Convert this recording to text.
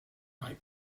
write